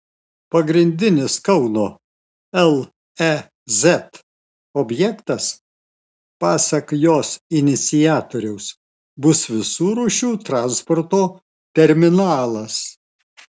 pagrindinis kauno lez objektas pasak jos iniciatoriaus bus visų rūšių transporto terminalas